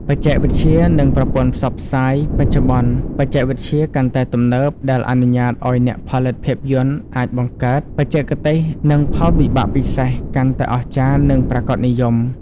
បច្ចេកវិទ្យា និងប្រព័ន្ធផ្សព្វផ្សាយ បច្ចុប្បន្នបច្ចេកវិទ្យាកាន់តែទំនើប ដែលអនុញ្ញាតឱ្យអ្នកផលិតភាពយន្តអាចបង្កើត បច្ចេកទេស និង ផលវិបាកពិសេសកាន់តែអស្ចារ្យនិងប្រាកដនិយម។